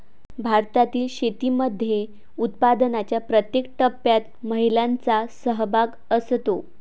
भारतातील शेतीमध्ये उत्पादनाच्या प्रत्येक टप्प्यात महिलांचा सहभाग असतो